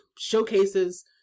showcases